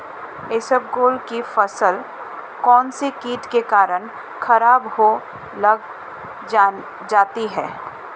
इसबगोल की फसल कौनसे कीट के कारण खराब होने लग जाती है?